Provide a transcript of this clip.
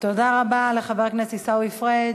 תודה רבה לחבר הכנסת עיסאווי פריג'.